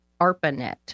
ARPANET